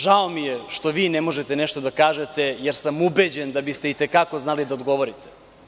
Žao mi je što vi ne možete nešto da kažete, jer sam ubeđen da biste i te kako znali da odgovorite.